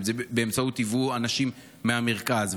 אם זה באמצעות יבוא אנשים מהמרכז,